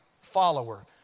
follower